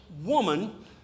woman